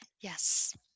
Yes